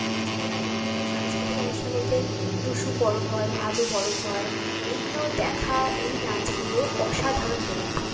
তাছাড়া এখানকার সাংস্কৃতিক অনুষ্ঠান বলতে টুসু পরব হয় ভাদু পরব হয় এগুলো দেখা এই নাচগুলো অসাধারণ দেখতে